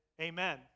amen